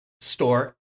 store